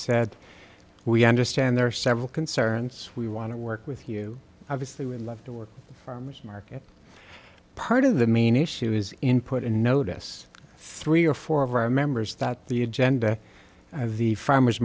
said we understand there are several concerns we want to work with you obviously we'd love to work with farmers market part of the main issue is input and notice three or four of our members that the agenda of the farmer